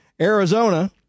Arizona